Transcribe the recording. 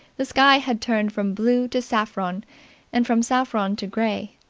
the sky had turned from blue to saffron and from saffron to grey.